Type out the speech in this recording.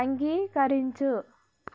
అంగీకరించు